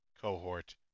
cohort